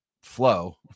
flow